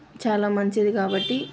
చాలామంచిది కాబట్టి